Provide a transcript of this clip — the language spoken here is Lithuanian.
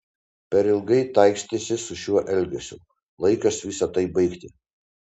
per ilgai taikstėsi su šiuo elgesiu laikas visa tai baigti